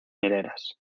hileras